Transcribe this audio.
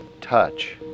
touch